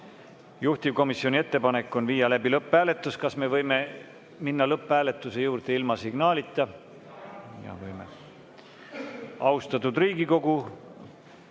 Juhtivkomisjoni ettepanek on viia läbi lõpphääletus. Kas me võime minna lõpphääletuse juurde ilma signaalita? Võime. Austatud Riigikogu,